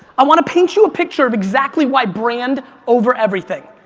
i want to paint you a picture of exactly why brand over everything.